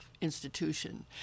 institution